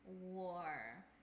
war